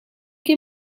che